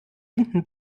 hinten